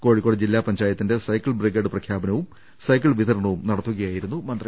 കോഴിക്കോട് ജില്ലാ പഞ്ചായത്തിന്റെ cycle brigade പ്രഖ്യാപനവും സൈക്കിൾ വിതരണവും നടത്തുകയായിരുന്നു മന്ത്രി